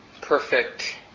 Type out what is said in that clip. perfect